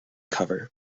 cover